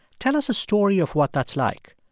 tell us a story of what that's like.